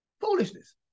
Foolishness